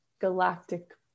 galactic